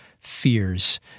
fears